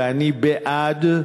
ואני בעד,